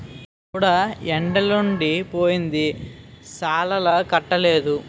దూడ ఎండలుండి పోయింది సాలాలకట్టలేదు